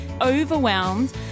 overwhelmed